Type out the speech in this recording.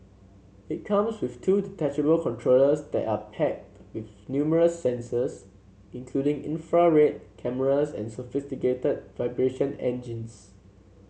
it comes with two detachable controllers that are packed with numerous sensors including infrared cameras and sophisticated vibration engines